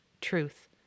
truth